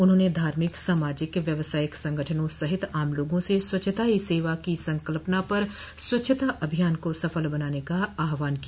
उन्होंने धार्मिक सामाजिक व्यवसायिक संगठनों सहित आम लोगों से स्वच्छता ही सेवा की संकल्पना पर स्वच्छता अभियान को सफल बनाने का आह्वान किया